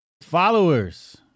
Followers